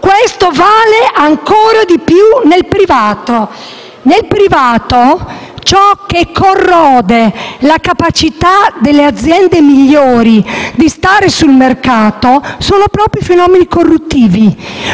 questo vale ancora di più, Nel privato, ciò che corrode la capacità delle aziende migliori di stare sul mercato sono proprio i fenomeni corruttivi.